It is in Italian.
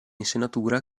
insenatura